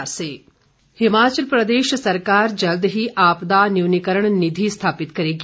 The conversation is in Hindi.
मुख्यमंत्री हिमाचल प्रदेश सरकार जल्द ही आपदा न्यूनीकरण निधि स्थापित करेगी